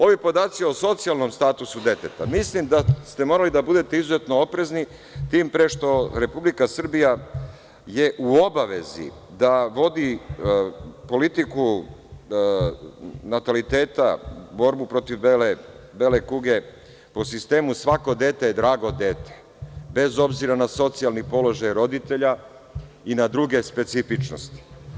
Ovi podaci o socijalnom statusu deteta, mislim, da ste morali da budete izuzetno oprezni, tim pre što Republika Srbija je u obavezi da vodi politiku nataliteta, borbu protiv bele kuge, po sistemu - svako dete je drago dete, bez obzira na socijalni položaj roditelja i na druge specifičnosti.